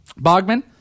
Bogman